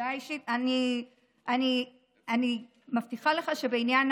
הודעה אישית: אני מבטיחה לך שבעניין